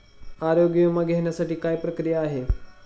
आरोग्य विमा घेण्यासाठी काय प्रक्रिया आहे?